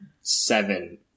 seven